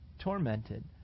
tormented